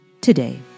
today